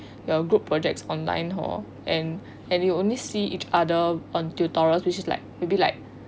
your group projects online hor and and you only see each other on tutorial which is like maybe like